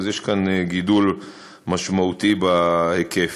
אז יש כאן גידול משמעותי בהיקף.